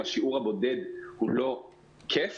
אם השיעור הבודד הוא לא כיף